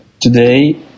today